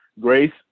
Grace